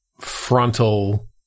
frontal-